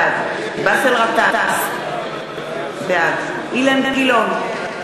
בעד באסל גטאס, בעד אילן גילאון,